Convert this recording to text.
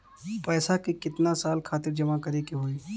पैसा के कितना साल खातिर जमा करे के होइ?